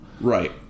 Right